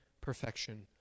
perfection